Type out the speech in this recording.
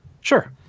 Sure